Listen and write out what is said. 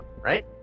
right